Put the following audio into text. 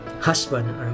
husband